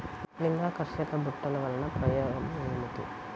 లింగాకర్షక బుట్టలు వలన ఉపయోగం ఏమిటి?